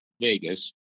Vegas